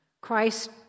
Christ